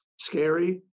scary